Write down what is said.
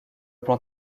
plan